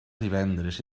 divendres